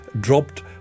dropped